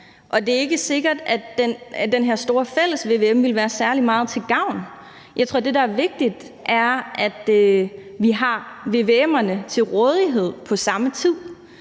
det er ikke sikkert, at den her store fælles vvm-redegørelse ville være særlig meget til gavn. Jeg tror, at det, der er vigtigt, er, at vi har vvm'erne til rådighed på samme tid,